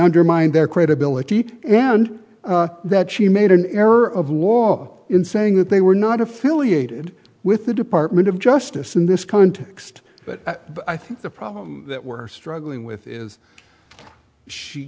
undermined their credibility and that she made an error of war up in saying that they were not affiliated with the department of justice in this context but i think the problem that we're struggling with is she